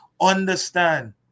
understand